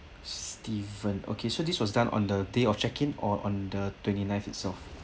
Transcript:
steven okay this was done on the day of checking or on the twenty ninth itself